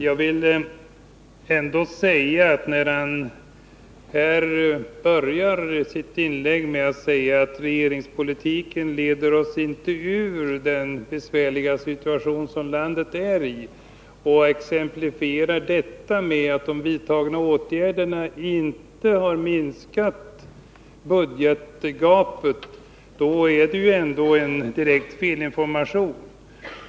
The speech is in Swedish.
Jag vill emellertid säga att när han påstår att regeringens politik inte leder landet ur den besvärliga situation som det befinner sig i och exemplifierar detta med att de vidtagna åtgärderna inte har minskat budgetgapet, är det en direkt felinformation.